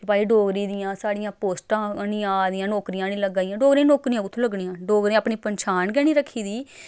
भाई डोगरी दियां साढ़ियां पोस्टां निं आ दियां नौकरियां निं लग्गा दियां डोगरी नौकरियां कु'त्थूं लग्गनियां डोगरें अपनी पंछान गै निं रक्खी दी